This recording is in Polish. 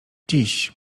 dziś